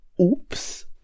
oops